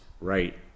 right